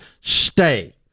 stay